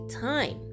time